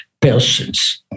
persons